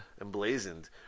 emblazoned